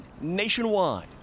nationwide